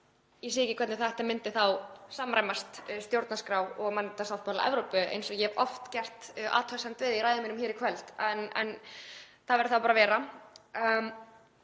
ég sé ekki hvernig þetta myndi þá samræmast stjórnarskrá og mannréttindasáttmála Evrópu eins og ég hef oft gert athugasemd við í ræðum mínum í kvöld. En það verður þá bara að vera